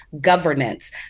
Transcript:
governance